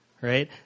right